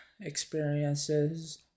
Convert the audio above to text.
experiences